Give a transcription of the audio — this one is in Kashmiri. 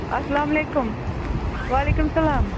اَسلام علیکُم وعلیکُم اسلام